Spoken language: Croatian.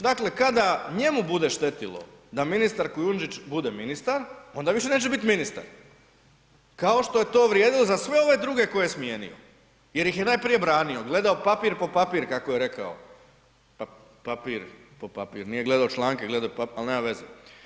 Dakle, kada njemu bude štetilo da ministar Kujundžić bude ministar, onda više neće biti ministar, kao što je to vrijedilo za sve ove druge koje je smijenio jer ih je najprije branio, gledao papir po papir, kako je rekao, papir po papir, nije gledao članke, gledao je papir, ali nema veze.